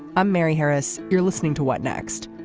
i'm mary harris. you're listening to what next.